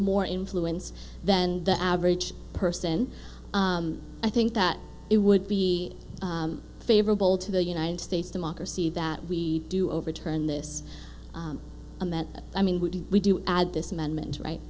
more influence than the average person i think that it would be favorable to the united states democracy that we do overturn this on that i mean what do we do add this amendment right